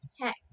heck